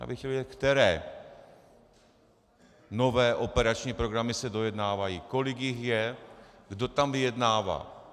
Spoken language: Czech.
Já bych chtěl vědět, které nové operační programy se dojednávají, kolik jich je, kdo tam vyjednává.